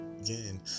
again